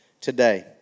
today